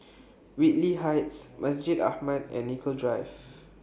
Whitley Heights Masjid Ahmad and Nicoll Drive